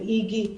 עם איגי,